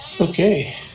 okay